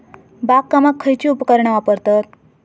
बागकामाक खयची उपकरणा वापरतत?